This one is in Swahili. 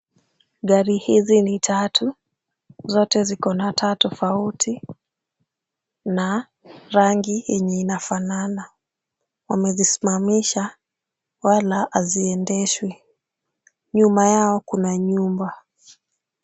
Gari hizi ni tatu, zote ziko na taa tofauti na rangi yenye inafanana. Wamezisimamisha wala haziendeshwi. Nyuma yao kuna nyumba.